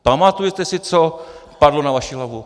Pamatujete si, co padlo na vaši hlavu?